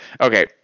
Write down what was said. okay